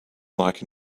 like